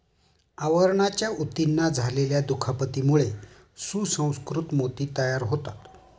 आवरणाच्या ऊतींना झालेल्या दुखापतीमुळे सुसंस्कृत मोती तयार होतात